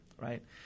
right